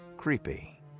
Creepy